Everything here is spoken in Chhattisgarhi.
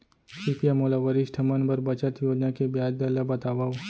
कृपया मोला वरिष्ठ मन बर बचत योजना के ब्याज दर ला बतावव